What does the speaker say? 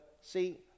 see